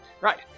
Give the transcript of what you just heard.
Right